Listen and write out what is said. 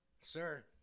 Sir